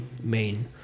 main